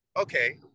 okay